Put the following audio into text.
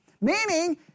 Meaning